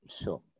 Sure